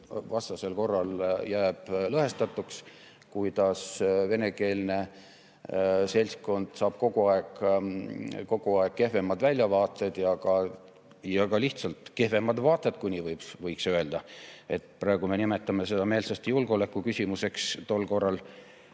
vastasel korral jääb lõhestatuks, kuidas venekeelne seltskond saab kogu aeg kehvemad väljavaated ja ka lihtsalt kehvemad vaated, kui nii võiks öelda. Praegu me nimetame seda meelsasti julgeolekuküsimuseks, tol korral